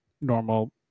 normal